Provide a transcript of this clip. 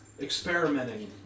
experimenting